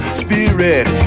spirit